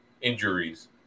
injuries